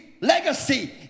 legacy